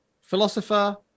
Philosopher